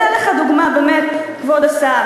אתן לך דוגמה, כבוד השר.